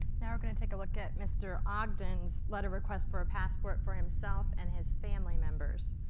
now we're going to take a look at mr. ogden's letter request for a passport for himself and his family members.